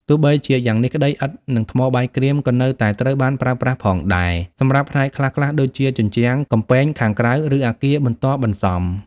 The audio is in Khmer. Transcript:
ទោះបីជាយ៉ាងនេះក្តី ឥដ្ឋ និងថ្មបាយក្រៀម ក៏នៅតែត្រូវបានប្រើប្រាស់ផងដែរសម្រាប់ផ្នែកខ្លះៗដូចជាជញ្ជាំងកំពែងខាងក្រៅ ឬអគារបន្ទាប់បន្សំ។